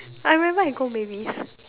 I remember I go Mavis